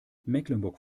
mecklenburg